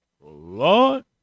Lord